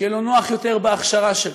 שיהיה לו נוח יותר בהכשרה שלו.